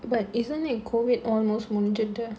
but isn't it COVID almost முடிச்சிட்டு:mudichittu